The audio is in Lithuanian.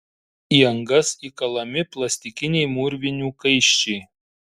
į angas įkalami plastikiniai mūrvinių kaiščiai